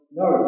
no